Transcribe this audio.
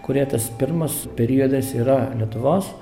kurioje tas pirmas periodas yra lietuvos